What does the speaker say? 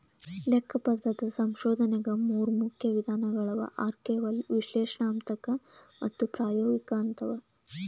ಲೆಕ್ಕಪತ್ರದ ಸಂಶೋಧನೆಗ ಮೂರು ಮುಖ್ಯ ವಿಧಾನಗಳವ ಆರ್ಕೈವಲ್ ವಿಶ್ಲೇಷಣಾತ್ಮಕ ಮತ್ತು ಪ್ರಾಯೋಗಿಕ ಅಂತವ